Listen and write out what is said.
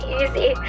easy